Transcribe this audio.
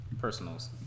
Personals